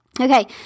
Okay